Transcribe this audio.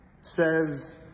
Says